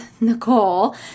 Nicole